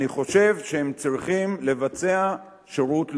אני חושב שהם צריכים לבצע שירות לאומי.